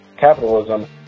Capitalism